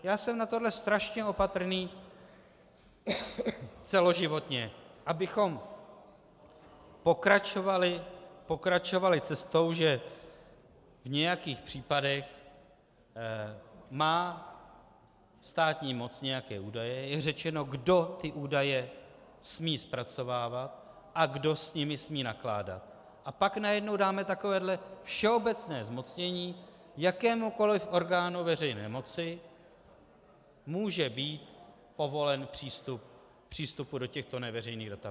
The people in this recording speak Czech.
Já jsem na tohle strašně opatrný celoživotně, abychom pokračovali cestou, že v nějakých případech má státní moc nějaké údaje, je řečeno, kdo ty údaje smí zpracovávat a kdo s nimi smí nakládat, a pak najednou dáme takovéhle všeobecné zmocnění, jakémukoliv orgánu veřejné moci může být povolen přístup do těchto neveřejných databází.